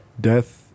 Death